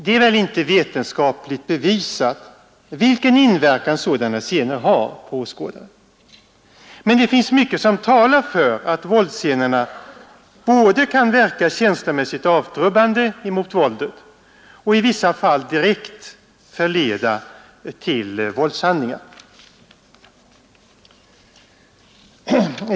Det är väl inte vetenskapligt bevisat vilken inverkan sådana scener har på åskådarna, men 43 det finns mycket som talar för att våldsscenerna kan både verka känslomässigt avtrubbande inför våldet och i vissa fall direkt förleda till våldshandlingar.